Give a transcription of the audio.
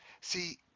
see